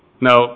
Now